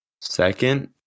second